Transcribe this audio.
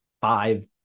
five